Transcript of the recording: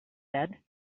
said